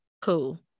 cool